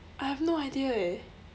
I have no idea eh